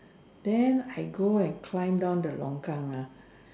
then I go and climb down the longkang ah